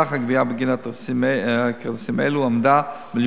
סך הגבייה בגין כרטיסים אלו היה מיליון